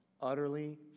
utterly